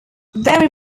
very